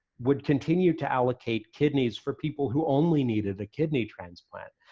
would continue to allocate kidneys for people who only needed a kidney transplant.